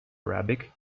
arabic